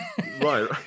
right